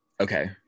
Okay